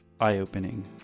eye-opening